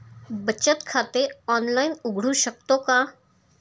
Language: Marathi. बचत खाते ऑनलाइन उघडू शकतो का?